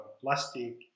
plastic